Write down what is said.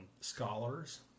scholars